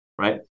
right